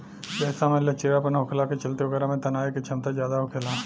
रेशा में लचीलापन होखला के चलते ओकरा में तनाये के क्षमता ज्यादा होखेला